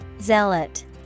Zealot